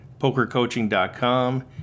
PokerCoaching.com